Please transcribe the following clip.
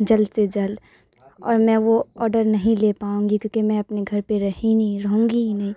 جلد سے جلد اور میں وہ آرڈر نہیں لے پاؤں گی کیونکہ میں اپنے گھر پہ رہی نہیں رہوں گی ہی نہیں